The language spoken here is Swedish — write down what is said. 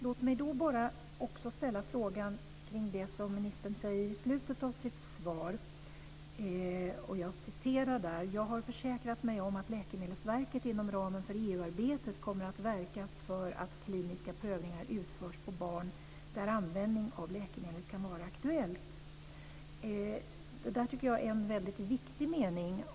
Låt mig ställa en fråga kring det som ministern säger i slutet av sitt svar. Jag citerar: "Jag har försäkrat mig om att Läkemedelsverket inom ramen för EU-arbetet kommer att verka för att kliniska prövningar utförs på barn där användning av läkemedlet kan vara aktuellt." Jag tycker att detta är en viktig mening.